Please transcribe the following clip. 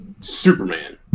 Superman